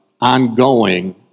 ongoing